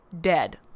dead